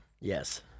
Yes